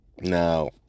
Now